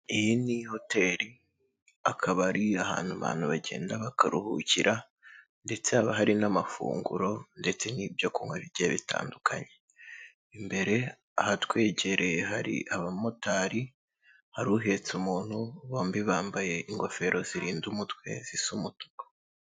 Iyi ni hoteli, akaba ari ahantu abantu bagenda bakaruhukira ndetse haba hari n'amafunguro, ndetse n'ibyo kunywa bigiye bitandukanye, imbere ahatwegereye hari abamotari, hari uhetse umuntu, bombi bambaye ingofero zirinda umutwe zisa umutuku.